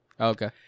Okay